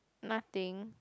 nothing